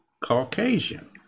caucasian